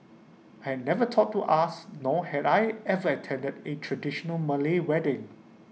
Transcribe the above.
had never thought to ask nor had I ever attended A traditional Malay wedding